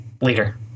later